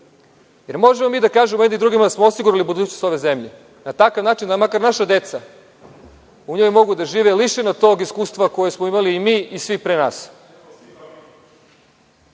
Možemo li mi da kažemo jedni drugima da smo osigurali budućnost ove zemlje na takav način da makar naša deca u njoj mogu da žive lišena tog iskustva koje smo imali i mi i svi pre nas? Vi